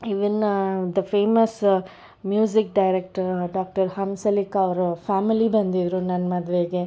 even the famous music director doctor Hamsalekha ಅವರ family ಬಂದಿದ್ದರು ನನ್ನ ಮದುವೆಗೆ